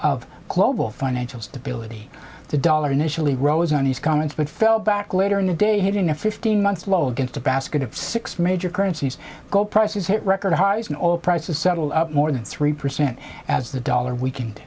of global financial stability the dollar initially rose on these comments but fell back later in the day hitting a fifteen month low against a basket of six major currencies gold prices hit record highs and all prices settle up more than three percent as the dollar we